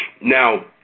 Now